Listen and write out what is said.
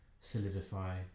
solidify